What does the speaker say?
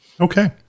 Okay